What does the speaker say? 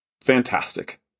Fantastic